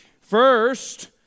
First